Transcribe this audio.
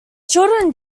children